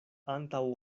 antaŭ